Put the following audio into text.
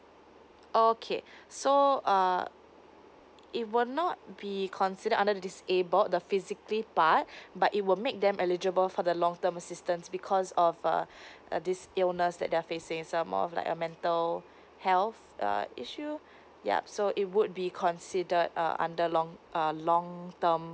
okay so uh it will not be considered under the disabled the physically part but it will make them eligible for the long term assistance because of uh uh this the illness that they're facing some more of like a mental health uh issue yup so it would be considered err under long err long term